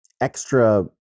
extra